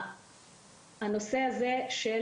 הנושא הזה של